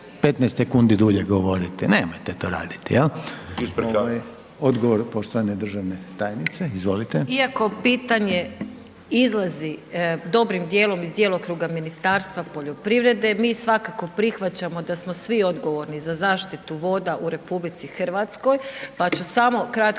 Isprika. **Reiner, Željko (HDZ)** Odgovor poštovane državne tajnice, izvolite. **Vučković, Marija** Iako pitanje izlazi dobrim dijelom iz djelokruga Ministarstva poljoprivrede, mi svakako prihvaćamo da smo svi odgovorni za zaštitu voda u RH, pa ću samo kratko